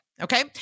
okay